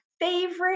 favorite